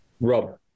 Rob